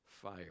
fire